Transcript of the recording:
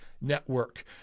Network